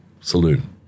Saloon